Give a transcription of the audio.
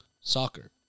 soccer